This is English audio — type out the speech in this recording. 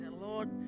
Lord